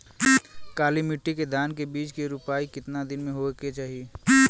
काली मिट्टी के धान के बिज के रूपाई कितना दिन मे होवे के चाही?